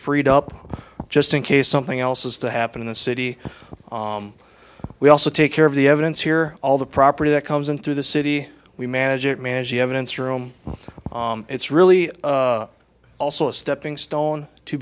freed up just in case something else has to happen in the city we also take care of the evidence here all the property that comes in through the city we manage it manage the evidence room it's really also a stepping stone to